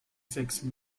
sixty